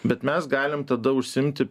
bet mes galim tada užsiimti